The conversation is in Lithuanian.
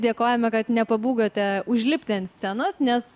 dėkojame kad nepabūgote užlipti ant scenos nes